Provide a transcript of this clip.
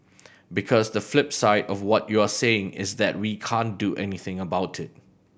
because the flip side of what you're saying is that we can't do anything about it